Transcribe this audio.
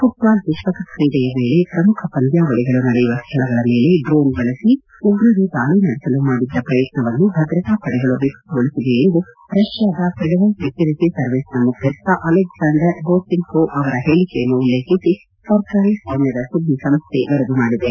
ಮಟ್ಟಾಲ್ ವಿಶ್ವಕಪ್ ಕ್ರೀಡೆಯ ವೇಳೆ ಪ್ರಮುಖ ಪಂದ್ಯಾವಳಿಗಳು ನಡೆಯುವ ಸ್ಥಳಗಳ ಮೇಲೆ ಡ್ರೋನ್ ಬಳಸಿ ಉಗ್ರರು ದಾಳಿ ನಡೆಸಲು ಮಾಡಿದ್ದ ಪ್ರಯತ್ನವನ್ನು ಭದ್ರತಾ ಪಡೆಗಳು ವಿಫಲಗೊಳಿಸಿವೆ ಎಂದು ರಷ್ಕಾದ ಫೆಡರಲ್ ಸೆಕ್ಯೂರಿಟಿ ಸರ್ವೀಸ್ನ ಮುಖ್ವಿಸ್ಥ ಅಲೆಕ್ಲಾಂಡರ್ ಬೋರ್ತಿಂಕೋವ್ ಅವರ ಹೇಳಿಕೆಯನ್ನು ಉಲ್ಲೇಖಿಸಿ ಸರ್ಕಾರಿ ಸ್ವಾಮ್ಯದ ಸುದ್ದಿ ಸಂಸ್ಥ ವರದಿ ಮಾಡಿದೆ